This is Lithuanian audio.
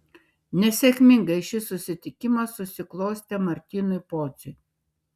nesėkmingai šis susitikimas susiklostė martynui pociui